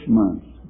months